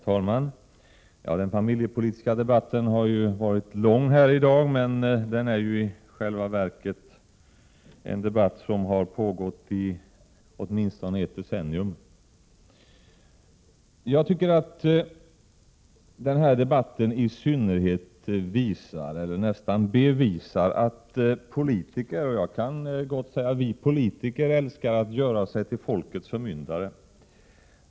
Herr talman! Den familjepolitiska debatten här i dag har ju varit lång. Men i själva verket har debatten i denna fråga pågått sedan ett decennium tillbaka. Jag tycker att den här debatten bevisar att politiker älskar att göra sig till folkets förmyndare — ja, jag kan gott säga vi politiker.